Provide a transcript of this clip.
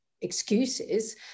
excuses